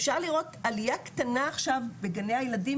אפשר לראות עלייה קטנה עכשיו בגני הילדים,